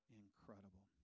incredible